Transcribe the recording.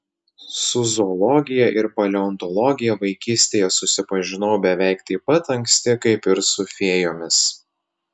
su zoologija ir paleontologija vaikystėje susipažinau beveik taip pat anksti kaip ir su fėjomis